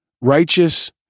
Righteous